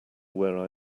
where